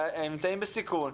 שנמצאים בסיכון,